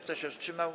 Kto się wstrzymał?